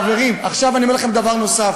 חברים, עכשיו אני אומר לכם דבר נוסף,